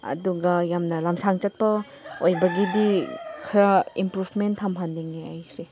ꯑꯗꯨꯒ ꯌꯥꯝꯅ ꯂꯝꯁꯥꯡ ꯆꯠꯄ ꯑꯣꯏꯕꯒꯤꯗꯤ ꯈꯔ ꯏꯝꯄ꯭ꯔꯨꯕꯃꯦꯟ ꯊꯝꯍꯟꯅꯤꯡꯉꯦ ꯑꯩꯁꯦ